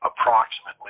approximately